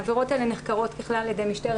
העבירות האלה נחקרות ככלל על ידי משטרת